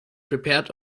prepared